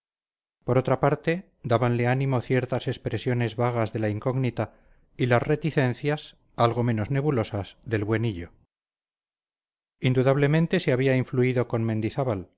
por otra parte dábanle ánimo ciertas expresiones vagas de la incógnita y las reticencias algo menos nebulosas del buen hillo indudablemente se había influido con mendizábal